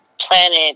planet